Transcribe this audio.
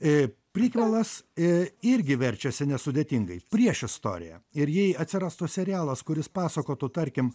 į prikvelas i irgi verčiasi nesudėtingai prieš istoriją ir jei atsirastų serialas kuris pasakotų tarkim